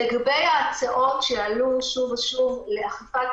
לגבי ההצעות שעלו שוב ושוב לאכיפת